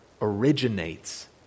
originates